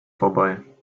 vorbei